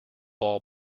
all